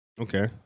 Okay